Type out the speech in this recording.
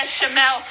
Shamel